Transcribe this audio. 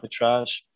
arbitrage